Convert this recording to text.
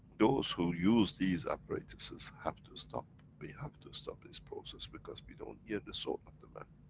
those who use these apparatuses have to stop. we have to stop this process, because we don't hear the soul of the man.